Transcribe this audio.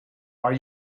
are